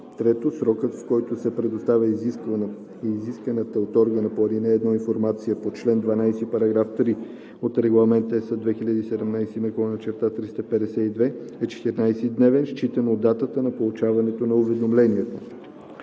3. срокът, в който се представя изисканата от органа по ал. 1 информация по чл. 12, параграф 3 от Регламент (ЕС) 2017/352, е 14-дневен считано от датата на получаване на уведомлението;